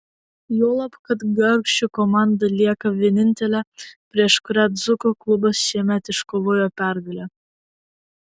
juolab kad gargždų komanda lieka vienintelė prieš kurią dzūkų klubas šiemet iškovojo pergalę